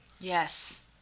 yes